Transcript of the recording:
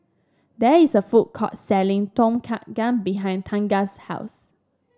there is a food court selling Tom Kha Gai behind Tegan's house